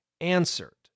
answered